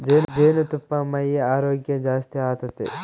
ಜೇನುತುಪ್ಪಾ ಮೈಯ ಆರೋಗ್ಯ ಜಾಸ್ತಿ ಆತತೆ